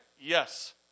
Yes